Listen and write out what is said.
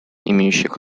имеющих